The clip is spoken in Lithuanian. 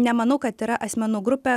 nemanau kad yra asmenų grupė